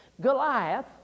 Goliath